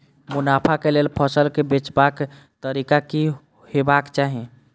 मुनाफा केँ लेल फसल केँ बेचबाक तरीका की हेबाक चाहि?